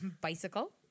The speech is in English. Bicycle